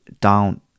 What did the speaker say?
down